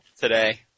today